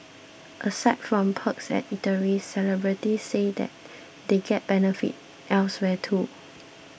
aside from perks at eateries celebrities say that they get benefits elsewhere too